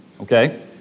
Okay